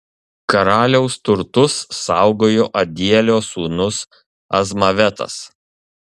karaliaus turtus saugojo adielio sūnus azmavetas